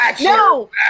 No